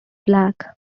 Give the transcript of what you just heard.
black